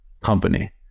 company